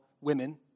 women